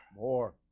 More